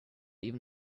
even